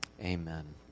Amen